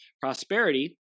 prosperity